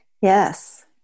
Yes